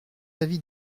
avis